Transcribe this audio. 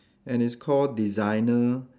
and it's call designer